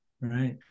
right